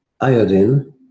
iodine